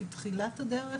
היא תחילת הדרך